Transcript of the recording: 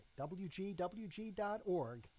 WGWG.org